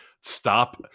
stop